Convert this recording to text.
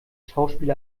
schauspiel